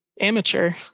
amateur